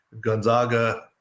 Gonzaga